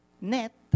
net